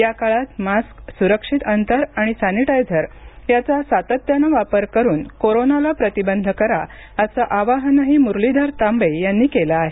या काळात मास्क सुरक्षित अंतर आणि सॅनिटायझर याचा सातत्यानं वापर करून कोरोनाला प्रतिबंध करा असं आवाहनही मुरलीधर तांबे यांनी केलं आहे